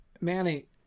Manny